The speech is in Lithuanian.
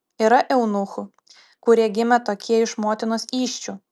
yra eunuchų kurie gimė tokie iš motinos įsčių